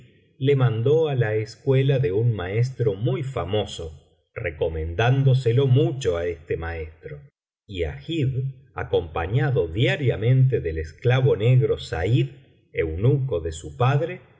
le mandó á la escuela de un maestro muy famoso recomendándoselo mucho á este maestro y agib acompañado diariamente del esclavo negro saíd eunuco de su padre